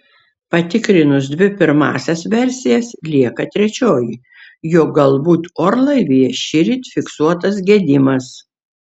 patikrinus dvi pirmąsias versijas lieka trečioji jog galbūt orlaivyje šįryt fiksuotas gedimas